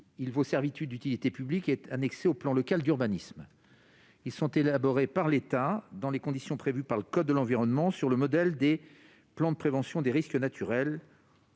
Il vaut servitude d'utilité publique et est annexé au plan local d'urbanisme. Il est élaboré par l'État dans les conditions prévues par le code de l'environnement, sur le modèle du plan de prévention des risques naturels